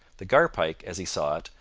the garpike as he saw it,